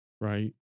right